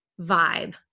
vibe